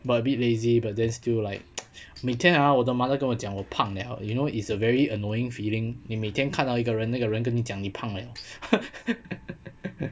but a bit lazy but then still like 每天 ah 我的 mother 跟我讲我胖 liao you know it's a very annoying feeling 你每天看到一个人那个人跟你讲你胖 liao